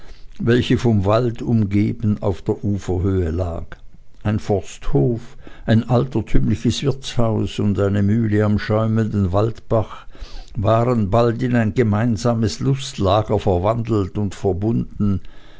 welche vom wald umgeben auf der uferhöhe lag ein forsthof ein altertümliches wirtshaus und eine mühle am schäumenden waldbach waren bald in ein gemeinsames lustlager verwandelt und verbunden